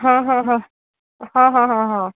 हां हां हां हां हां हां हां